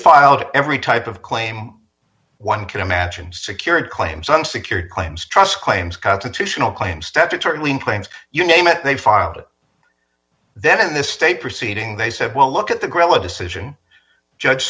filed every type of claim one can imagine security claims unsecured claims trust claims constitutional claims statutorily in claims you name it they filed it then in this state proceeding they said well look at the grill a decision judge